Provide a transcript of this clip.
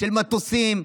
על מטוסים.